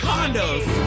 Condos